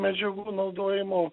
medžiagų naudojimo